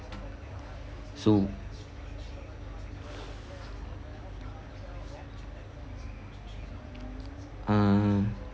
so uh